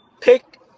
pick